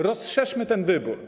Rozszerzmy ten wybór.